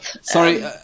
sorry